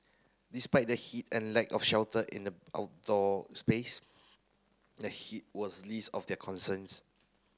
despite the heat and lack of shelter in the outdoor space the heat was least of their concerns